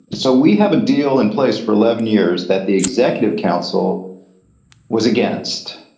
so we have a deal in place for eleven years that the executive council was against,